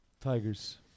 tigers